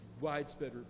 widespread